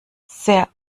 sehr